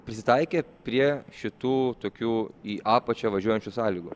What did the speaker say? prisitaikė prie šitų tokių į apačią važiuojančių sąlygų